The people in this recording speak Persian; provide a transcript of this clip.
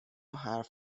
حرف